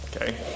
okay